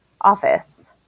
office